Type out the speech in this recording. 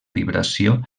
vibració